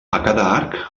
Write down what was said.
cada